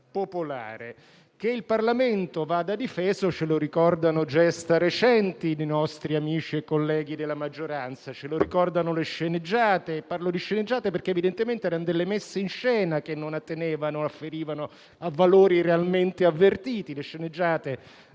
popolare. Che il Parlamento vada difeso ce lo ricordano gesta recenti dei nostri amici e colleghi della maggioranza. Ce lo ricordano le sceneggiate, e parlo di sceneggiate perché evidentemente erano delle messe in scena che non afferivano a valori realmente avvertiti. Le sceneggiate